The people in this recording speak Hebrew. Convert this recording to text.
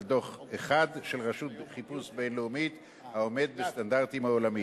דוח אחד של רשות חיפוש בין-לאומית העומד בסטנדרטים העולמיים.